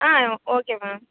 ah okay ma'am